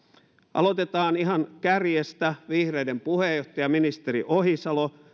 aloitetaan ihan kärjestä vihreiden puheenjohtaja ministeri ohisalo